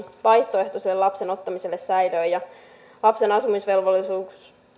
vaihtoehto sen lapsen ottamiselle säilöön lapsen asumisvelvollisuus